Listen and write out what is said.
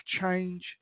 change